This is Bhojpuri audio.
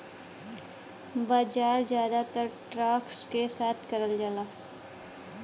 बाजार जादातर स्टॉक के बात करला